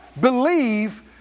believe